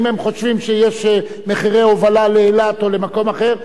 אם הם חושבים שיש מחירי הובלה לאילת או למקום אחר,